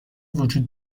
وجود